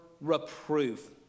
reproof